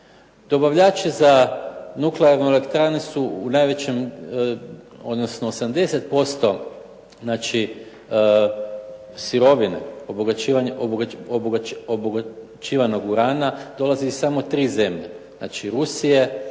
Dobavljači za nuklearne elektrane su u najvećem, odnosno 80% znači sirovine obogaćivanog urana dolazi iz samo tri zemlje, znači Rusije,